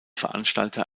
veranstalter